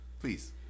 Please